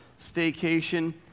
staycation